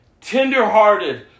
tenderhearted